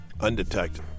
undetected